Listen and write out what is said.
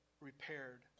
repaired